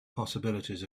possibilities